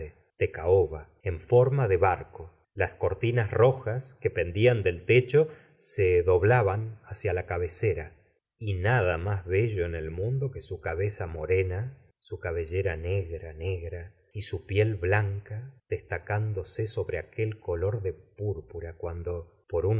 de caoba en forma de bar co las cortinas rojas que pendían del techo se do blaban hacia la cabecera y nada más bello en el mundo que sucabeza mo rena su cabehera negra negra su piel blanca destacándose sobre aquel color de púrpura cuando por